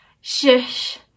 shush